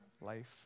life